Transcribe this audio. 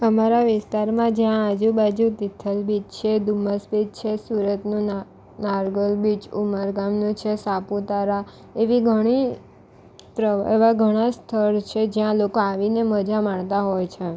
અમારા વિસ્તારમાં જ્યાં આજુબાજુ તિથલ બીચ છે ધૂમસ બીચ છે સુરતનું નારગોલ બીચ ઉમર ગામનો છે સાપુતારા એવી ઘણી પ્ર એવા ઘણા સ્થળ છે જ્યાં લોકો આવીને મજા માણતા હોય છે